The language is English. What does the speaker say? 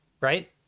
right